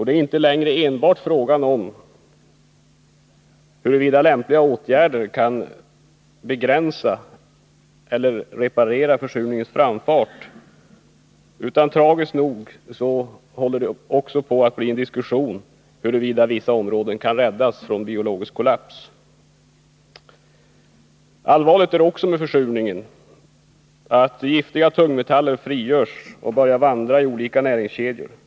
Det är inte längre enbart fråga om, huruvida lämpliga åtgärder kan begränsa försurningens framfart eller reparera skadorna, utan tragiskt nog håller det också på att bli en diskussion om huruvida vissa områden kan räddas från biologisk kollaps. Allvarligt med försurningen är också att giftiga tungmetaller frigörs och börjar vandra i olika näringskedjor.